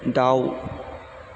दाउ